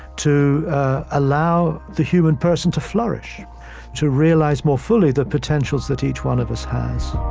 to allow the human person to flourish to realize more fully the potentials that each one of us has